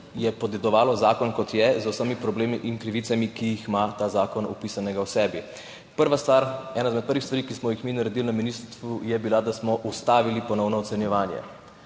je podedovalo zakon, kot je, z vsemi problemi in krivicami, ki jih ima ta zakon opisane v sebi. Ena izmed prvih stvari, ki smo jih mi naredili na ministrstvu, je bila, da smo ustavili ponovno ocenjevanje,